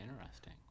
interesting